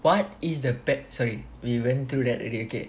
what is the pet sorry we went through that already okay